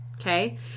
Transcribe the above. okay